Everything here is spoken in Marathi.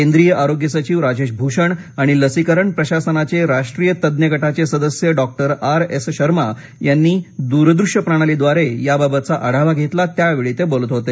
केंद्रीय आरोग्य सचिव राजेश भूषण आणि लसीकरण प्रशासनाचे राष्ट्रीय तज्ञ गटाचे सदस्य डॉक्टर आर एस शर्मा यांनी दूरदृश्य प्रणालीद्वारे याबाबतचा आढावा घेतला त्यावेळी ते बोलत होते